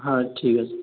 হ্যাঁ ঠিক আছে